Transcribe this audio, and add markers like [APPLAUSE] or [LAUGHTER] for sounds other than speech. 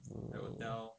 [NOISE]